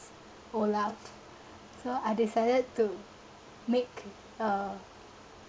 olaf so I decided to make uh